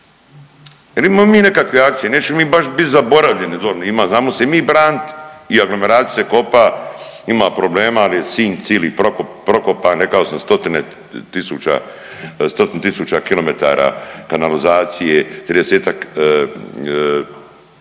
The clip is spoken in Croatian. Jel' imamo mi nekakve akcije, nećemo mi baš biti zaboravljeni dole. Ima, znamo se i mi braniti i aglomerat se kopa, ima problema ali je Sinj cili prokopan. Rekao sam stotine tisuća kilometara kanalizacije,